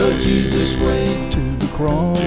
jesus way to